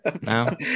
now